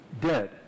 dead